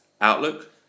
Outlook